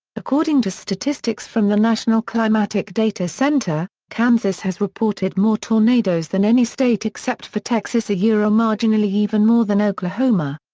according to statistics from the national climatic data center, kansas has reported more tornadoes than any state except for texas ah marginally even more than oklahoma.